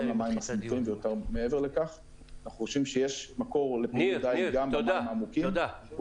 אנחנו חושבים שיש מקום לדייג גם במים העמוקים.